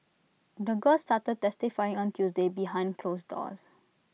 the girl started testifying on Tuesday behind closed doors